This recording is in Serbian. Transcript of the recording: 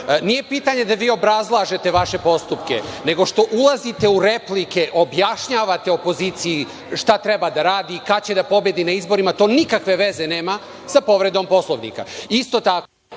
Nije pitanje da vi obrazlažete vaše postupke, nego što ulazite u replike, objašnjavate opoziciji šta treba da radi, kada će da pobedi na izborima, to nikakve veze nema sa povredom Poslovnika.